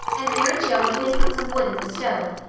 and, mary joe, you may put some wood in the stove.